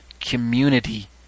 community